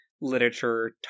literature